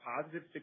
positive